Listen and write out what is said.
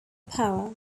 power